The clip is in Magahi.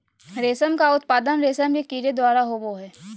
रेशम का उत्पादन रेशम के कीड़े द्वारा होबो हइ